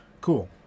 cool